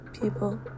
people